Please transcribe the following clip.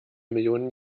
millionen